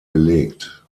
belegt